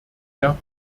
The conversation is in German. herr